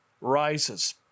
rises